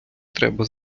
треба